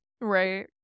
Right